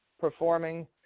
performing